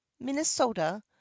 minnesota